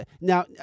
now